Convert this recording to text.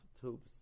tubes